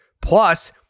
Plus